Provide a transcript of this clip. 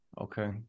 Okay